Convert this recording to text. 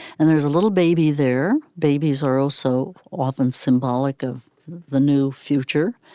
and there's a little baby there. babies are all so often symbolic of the new future.